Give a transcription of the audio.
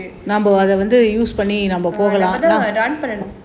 அதான்:athaan run